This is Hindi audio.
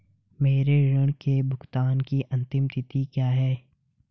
मेरे ऋण के भुगतान की अंतिम तिथि क्या है?